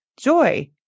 joy